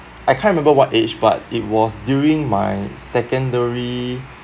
I can't remember what age but it was during my secondary